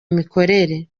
imikorere